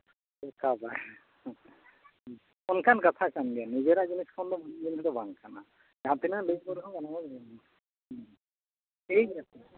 ᱪᱮᱫ ᱠᱟ ᱵᱟᱝ ᱚᱱᱠᱟᱱ ᱠᱟᱛᱷᱟ ᱠᱟᱱ ᱜᱮᱭᱟ ᱱᱤᱡᱮᱨᱟᱜ ᱡᱤᱱᱤᱥ ᱠᱷᱚᱱ ᱫᱚ ᱡᱟᱦᱟᱸ ᱛᱤᱱᱟᱹᱜ ᱴᱷᱤᱠ ᱜᱮᱭᱟ ᱛᱚᱵᱮ